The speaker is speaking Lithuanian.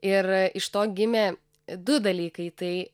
ir iš to gimė du dalykai tai